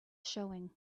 showing